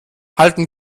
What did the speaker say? halten